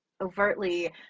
overtly